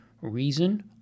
reason